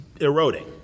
eroding